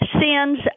sins